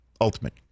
ultimate